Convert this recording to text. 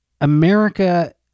America